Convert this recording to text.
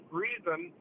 reason